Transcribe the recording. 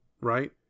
Right